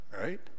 right